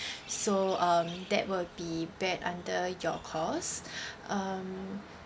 so um that will be beared under your cost um